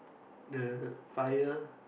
the fire